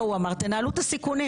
לא הוא אמר תנהלו את הסיכונים.